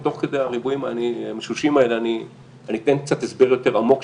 ותוך כדי המשושים האלה אני אתן הסבר קצת יותר עמוק,